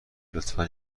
لطفا